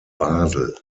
basel